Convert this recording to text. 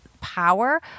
power